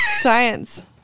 Science